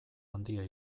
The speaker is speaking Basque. handia